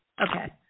Okay